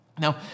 Now